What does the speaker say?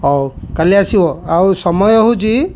ହଉ କାଲି ଆସିବ ଆଉ ସମୟ ହଉଛି